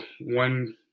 one